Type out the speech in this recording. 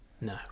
no